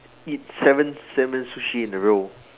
eat seven Salmon Sushi in a row